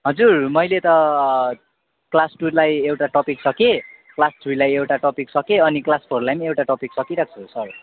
हजुर मैले त क्लास टूलाई एउटा टपिक सकेँ क्लास थ्रीलाई एउटा टपिक सकेँ अनि क्लास फोरलाई पनि एउटा टपिक सकिरहेको छु सर